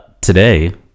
Today